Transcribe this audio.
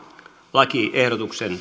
lakiehdotuksesta